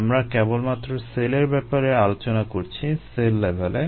আমরা কেবলমাত্র সেলের ব্যাপারে আলোচনা করেছি সেল লেভেলে